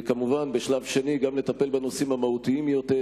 וכמובן בשלב שני לטפל בנושאים המהותיים יותר,